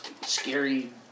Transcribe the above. scary